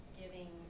giving